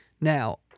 Now